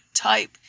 type